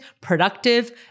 productive